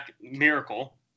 miracle